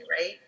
Right